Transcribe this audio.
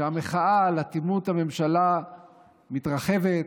כשהמחאה על אטימות הממשלה מתרחבת,